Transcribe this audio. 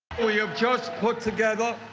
we have just put together.